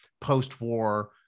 post-war